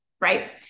right